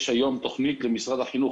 היום יש תוכנית למשרד החינוך